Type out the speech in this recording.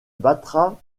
battra